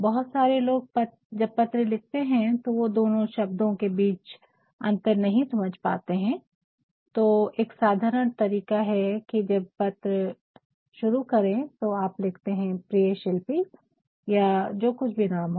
बहुत सारे लोग जब पत्र लिखते है तो वो दोनों शब्दों आखिरी लाइन और कम्प्लीमेंटरी क्लोज के बीच अंतर नहीं समझ पाते है तो एक साधारण तरीका है की जब पत्र शुरू करे तो आप लिखते है प्रिये शिल्पी या जो कुछ भी नाम हो